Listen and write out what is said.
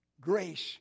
Grace